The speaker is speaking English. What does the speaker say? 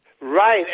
Right